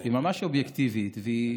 היא ממש אובייקטיבית, והיא